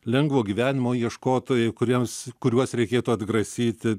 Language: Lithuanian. lengvo gyvenimo ieškotojai kuriems kuriuos reikėtų atgrasyti